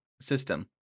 system